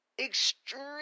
extreme